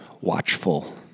watchful